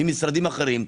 ממשרדים אחרים,